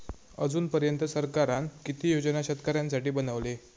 अजून पर्यंत सरकारान किती योजना शेतकऱ्यांसाठी बनवले?